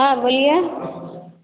हाँ बोलिए